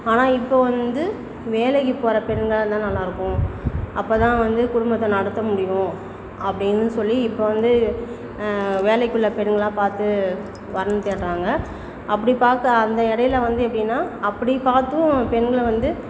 ஆனால் இப்போது வந்து வேலைக்கு போகிற பெண்களாக இருந்தால் நல்லாயிருக்கும் அப்போ தான் வந்து குடும்பத்தை நடத்த முடியும் அப்படின்னு சொல்லி இப்போ வந்து வேலைக்குள்ளே பெண்களாக பார்த்து வரன் தேடுறாங்க அப்படி பார்க்க அந்த இடையில வந்து எப்படின்னா அப்படி பார்த்தும் பெண்களை வந்து